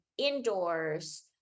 indoors